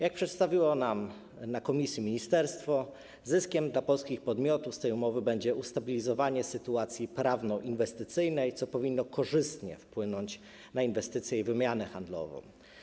Jak przedstawiło nam na posiedzeniu komisji ministerstwo, zyskiem dla polskich podmiotów z tej umowy będzie ustabilizowanie sytuacji prawno-inwestycyjnej, co powinno korzystnie wpłynąć na inwestycje i wymianę handlową.